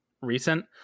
recent